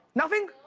nothing?